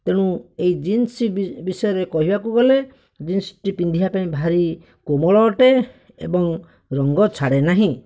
ତେଣୁ ଏଇ ଜିନ୍ସ୍ ବିଷୟରେ କହିବାକୁ ଗଲେ ଜିନ୍ସ୍ଟି ପିନ୍ଧିବା ପାଇଁ ଭାରି କୋମଳ ଅଟେ ଏବଂ ରଙ୍ଗ ଛାଡ଼େ ନାହିଁ